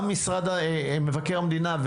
גם משרד מבקר המדינה,